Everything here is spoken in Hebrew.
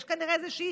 יש כנראה איזושהי